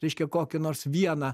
reiškia kokį nors vieną